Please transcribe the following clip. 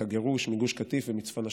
הגירוש מגוש קטיף ומצפון השומרון.